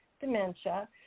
dementia